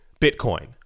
Bitcoin